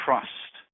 Trust